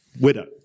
widow